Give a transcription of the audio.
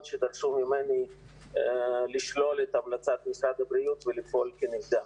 שדרשו ממני לשלול את המלצת משרד הבריאות ולפעול כנגדה.